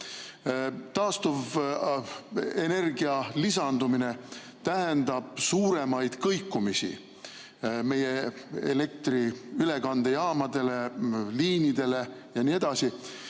Taastuvenergia lisandumine tähendab suuremaid kõikumisi meie elektriülekandejaamades, liinidel jne.